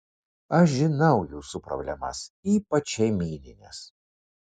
aš žinau jūsų problemas ypač šeimynines